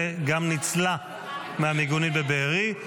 וגם ניצלה מהמיגונית בבארי.